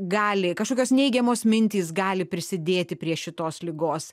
gali kažkokios neigiamos mintys gali prisidėti prie šitos ligos